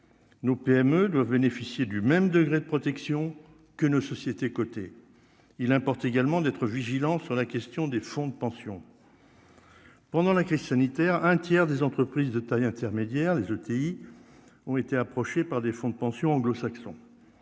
nos PME doivent bénéficier du même degré de protection que nos sociétés cotées, il importe également d'être vigilant sur la question des fonds de pension pendant la crise sanitaire, un tiers des entreprises de taille intermédiaire, les outils ont été approchés par des fonds de pension anglo-saxon